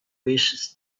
wishes